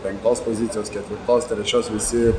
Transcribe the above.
penktos pozicijos ketvirtos trečios visi